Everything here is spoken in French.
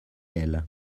elle